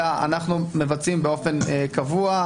אלא אנחנו מבצעים באופן קבוע,